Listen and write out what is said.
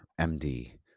MD